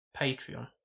Patreon